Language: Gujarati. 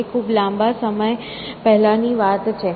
જે ખૂબ લાંબા સમય પહેલાની વાત છે